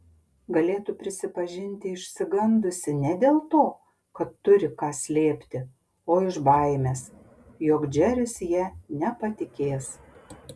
galėtų prisipažinti išsigandusi ne dėl to kad turi ką slėpti o iš baimės jog džeris ja nepatikės